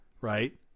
Right